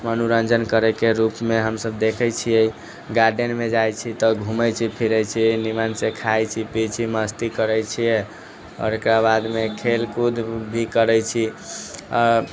मनोरञ्जन करैके रूपमे हमसब देखै छियै गार्डनमे जाइ छी तऽ घूमै छी फिरै छी नीमनसँ खाइ छी पीयै छी मस्ती करै छियै आओर एकरा बादमे खेल कूद भी करै छी आओर